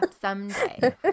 Someday